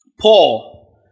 paul